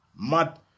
Mad